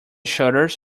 shutters